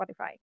Spotify